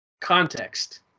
context